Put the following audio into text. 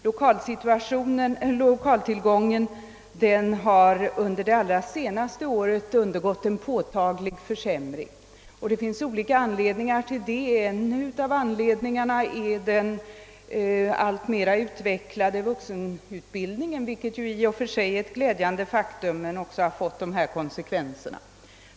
Lokaltillgången har under det allra senaste året undergått en påtaglig försämring, och det finns olika anledningar till det. En av dem är den alltmer utvecklade vuxenutbildningen, vilket i och för sig är glädjande men också har fått för universitetet negativa konsekvenser.